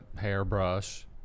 hairbrush